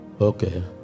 Okay